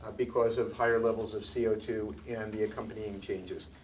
because of higher levels of c o two, and the accompanying changes.